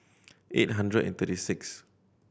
eight hundred and thirty six